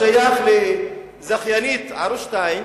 השייך לזכיינית ערוץ-2,